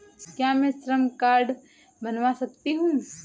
क्या मैं श्रम कार्ड बनवा सकती हूँ?